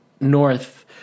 north